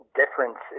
difference